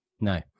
No